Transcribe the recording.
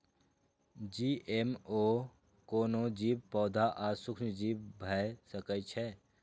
GMO कोनो जीव, पौधा आ सूक्ष्मजीव भए सकै छै